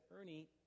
Ernie